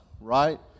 right